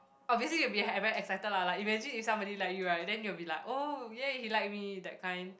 obviously you will be ever excited lah like imagine if somebody like you right then you'll be like oh !yay! he like me that kind